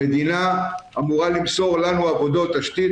המדינה אמורה למסור לנו עבודות תשתית,